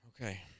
Okay